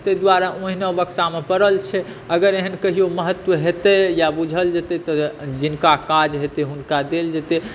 तैं दुआरे ओहिना बक्सामे परल छै आ अगर एहन कहियो महत्व हेतै या बुझल जेतै तऽ जिनका काज हेतै हुनका देल जेतै